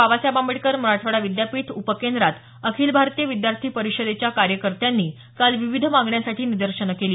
बाबासाहेब आंबेडकर मराठवाडा विद्यापीठ उपकेंद्रात अखिल भारतीय विद्यार्थी परिषदेच्या कार्यकर्त्यांनी काल विविध मागण्यांसाठी निदर्शनं केली